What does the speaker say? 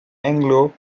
anglo